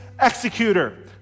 executor